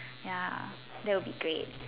ya that would be great